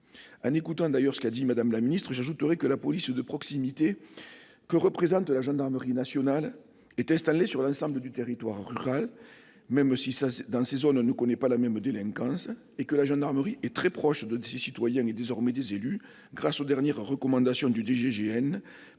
En réponse à ce que disait Mme la ministre, j'ajoute que la police de proximité que représente la gendarmerie nationale est installée sur l'ensemble du territoire rural, même si, dans ces zones, on ne connaît pas la même délinquance. La gendarmerie est très proche des citoyens et, désormais, des élus, grâce aux dernières recommandations du